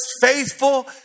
faithful